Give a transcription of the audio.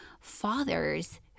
fathers